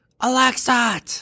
Alexa